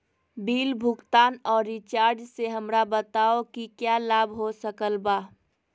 Bill भुगतान और recharge से हमरा बताओ कि क्या लाभ हो सकल बा?